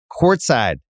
courtside